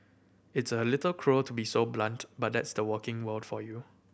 it's a little cruel to be so blunt but that's the working world for you